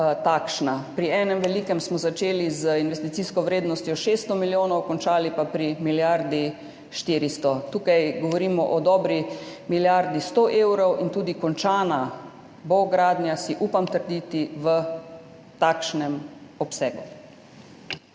Pri enem velikem smo začeli z investicijsko vrednostjo 600 milijonov, končali pa pri milijardi 400. Tukaj govorimo o dobri milijardi in sto tisoč evrov in tudi gradnja bo končana, si upam trditi, v takšnem obsegu.